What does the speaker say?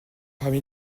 parmi